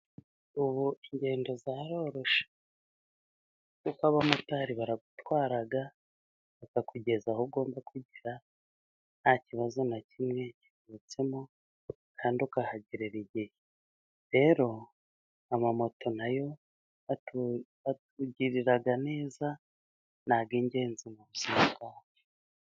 Ubu ingendo zaroroshye, kuko abamotari baragutwara bakakugeza aho ugomba kugera, ntakibazo na kimwe kivutsemo kandi ukahagerera igihe, rero amamoto nayo atugirira neza n'ingenzi mu buzima bwacu.